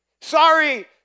Sorry